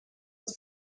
het